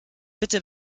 bitte